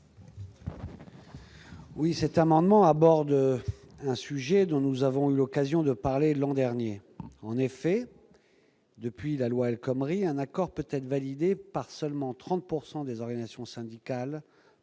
Cet amendement vise un sujet dont nous avons eu l'occasion de débattre l'an dernier. En effet, depuis la loi El Khomri, un accord peut être validé par seulement 30 % des organisations syndicales